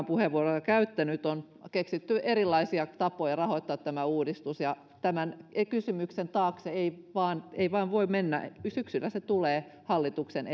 puheenvuoroja käyttänyt on keksitty erilaisia tapoja rahoittaa tämä uudistus ja tämän kysymyksen taakse ei vain voi mennä syksyllä se tulee hallituksen